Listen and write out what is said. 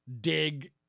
dig